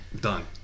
done